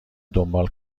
دنبال